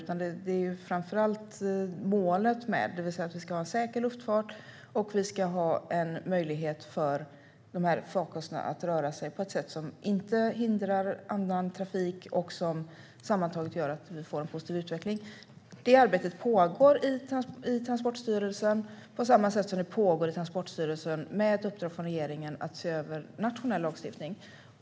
Målet är att vi ska ha en säker luftfart och att det ska finnas möjlighet för dessa farkoster att röra sig på ett sätt som inte hindrar annan trafik och som sammantaget gör att vi får en positiv utveckling. Detta arbete pågår i Transportstyrelsen. Transportstyrelsen har även ett uppdrag från regeringen att se över nationell lagstiftning.